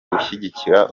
gushyigikira